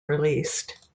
released